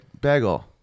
bagel